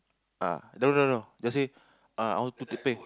ah no no no just say ah I wanted to pay